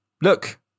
look